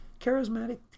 charismatic